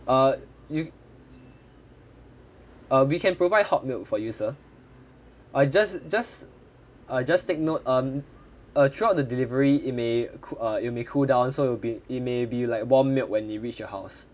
uh you uh we can provide hot milk for you sir uh just just uh just take note um uh throughout the delivery it may cool it may cool down so it'll be it may be like warm milk when it reached your house